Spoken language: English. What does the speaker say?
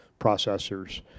processors